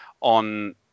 on